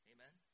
Amen